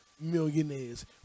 millionaires